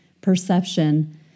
perception